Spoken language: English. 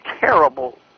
terrible